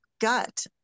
gut